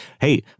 Hey